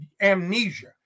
amnesia